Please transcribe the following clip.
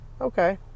Okay